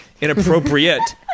inappropriate